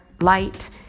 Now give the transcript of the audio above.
light